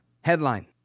headline